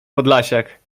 podlasiak